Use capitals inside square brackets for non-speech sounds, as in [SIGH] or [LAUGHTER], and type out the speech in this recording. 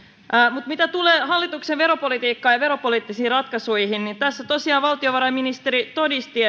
mutta mitä tulee hallituksen veropolitiikkaan ja veropoliittisiin ratkaisuihin niin tässä tosiaan valtiovarainministeri todisti [UNINTELLIGIBLE]